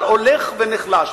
הולך ונחלש.